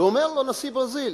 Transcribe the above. ואומר לו נשיא ברזיל: